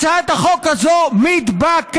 הצעת החוק הזאת מתבקשת.